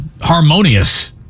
harmonious